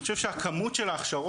אני חושב שהכמות של ההכשרות